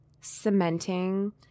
cementing